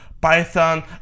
Python